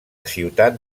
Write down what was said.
ciutat